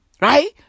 right